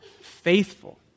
faithful